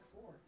four